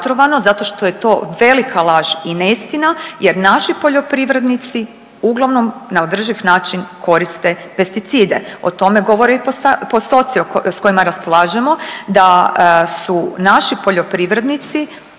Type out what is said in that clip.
zato što je to velika laž i neistina jer naši poljoprivrednici uglavnom na održiv način koriste pesticide, o tome govore i postoci s kojima raspolažemo da su naši poljoprivrednici